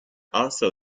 also